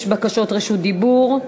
יש בקשות רשות דיבור.